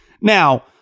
Now